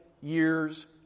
year's